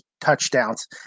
touchdowns